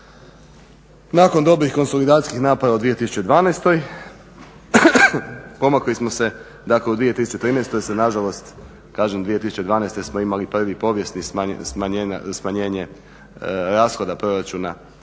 Nakon dobrih konsolidacijskih naprava u 2012. pomakli smo se dakle u 2013. jer se nažalost kažem 2012. smo imali prvo povijesno smanjenje rashoda proračuna